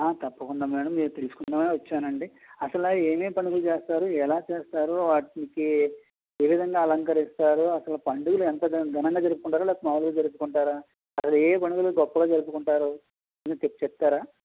తప్పకుండా మేడం మీరు తెలుసుకుందామనే వచ్చానండి అసలు ఏం ఏం పండగలు చేస్తారు ఎలా చేస్తారు వాటికి ఏ విధంగా అలంకరిస్తారు అసలు పండుగలు ఎంత ఘనంగా జరుపుకుంటారా లేకపోతే మామూలుగా జరుపుకుంటారా అసలు ఏ పండుగలు గొప్పగా జరుపుకుంటారు అనేది చెప్తారా